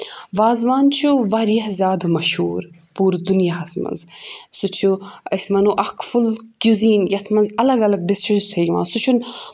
وازوان چھُ واریاہ زیادٕ مشہوٗر پوٗرٕ دُنیاہَس منٛز سُہ چھُ أسۍ وَنو اکھ فُل کُزیٖن یَتھ منٛز اَلگ اَلگ ڈِشز چھِ یِوان سُہ چھُنہٕ